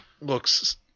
looks